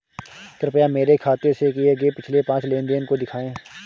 कृपया मेरे खाते से किए गये पिछले पांच लेन देन को दिखाएं